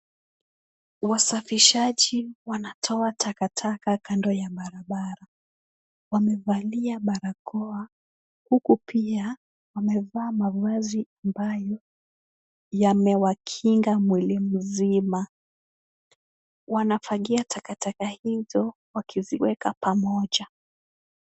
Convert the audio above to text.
Wasafishaji wanatoa takataka kando ya barabara. Wamevalia barakoa huku pia wamevaa mavazi ambayo yamewakinga mwili mzima. Wanafagia takataka hizo wakiziweka pamoja.